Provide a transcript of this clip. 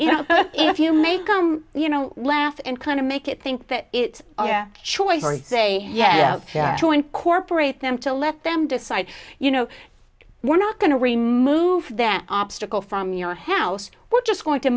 you know if you make you know laugh and kind of make it think that it's a choice or say yes to incorporate them to let them decide you know we're not going to remove that obstacle from your house we're just going to